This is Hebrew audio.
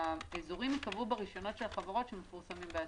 האזורים ייקבעו ברישיונות של החברות שמפורסמים באתר.